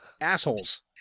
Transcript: assholes